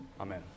Amen